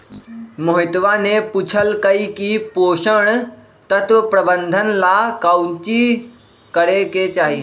मोहितवा ने पूछल कई की पोषण तत्व प्रबंधन ला काउची करे के चाहि?